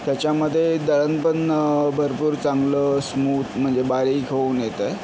त्याच्यामधे दळणपण भरपूर चांगलं स्मूत म्हणजे बारीक होऊन येतं आहे